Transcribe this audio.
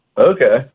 Okay